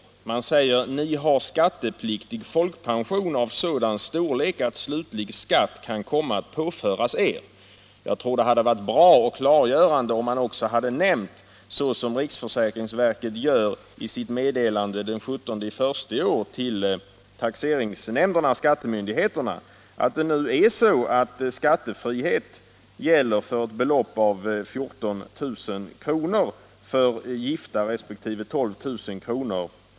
Försäkringskassan skriver: ”Ni har skattepliktig folkpension av sådan storlek att slutlig skatt kan komma att påföras Er.” Det hade varit bra och klargörande om försäkringskassan också hade nämnt, såsom riksförsäkringsverket gör i sitt meddelande av den 17 januari i år till skattemyndigheterna, att skattefrihet gäller för ett belopp av 14000 kr. för gift resp. 12000 kr.